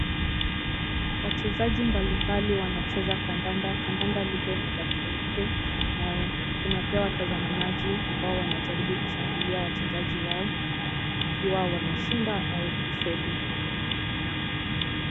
Wachezaji mbalimbali wanacheza kandanda. Kandanda lile ni la nyeupe na kuna pia watazamanaji ambao wanajaribu kushangilia wachezaji wao ikiwa wanashinda au kufeli nam.